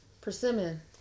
Persimmon